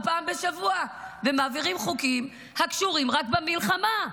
פעם בשבוע ומעבירים חוקים הקשורים רק במלחמה.